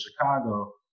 Chicago